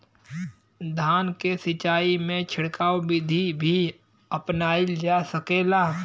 धान के सिचाई में छिड़काव बिधि भी अपनाइल जा सकेला?